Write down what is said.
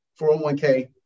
401k